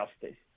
justice